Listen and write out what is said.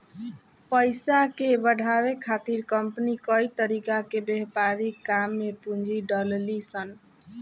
पइसा के बढ़ावे खातिर कंपनी कई तरीका के व्यापारिक काम में पूंजी डलेली सन